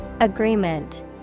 Agreement